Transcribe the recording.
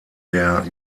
der